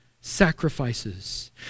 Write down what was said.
sacrifices